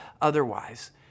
otherwise